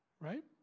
right